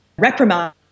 reprimand